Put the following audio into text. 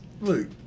look